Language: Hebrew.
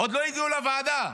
עוד לא הגיעו לוועדה,